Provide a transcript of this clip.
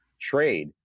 trade